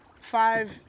five